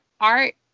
art